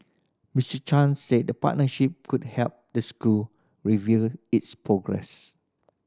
Miss Chan said the partnership could help the school review its progress